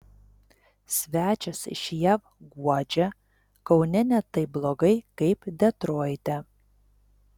svečias iš jav guodžia kaune ne taip blogai kaip detroite